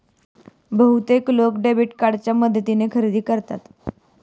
बहुतेक लोक डेबिट कार्डच्या मदतीने खरेदी करतात